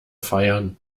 feiern